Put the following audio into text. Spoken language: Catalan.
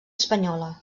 espanyola